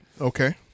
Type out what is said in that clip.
Okay